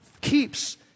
keeps